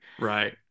right